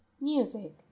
music